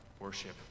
worship